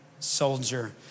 Soldier